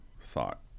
thought